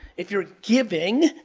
if you're giving,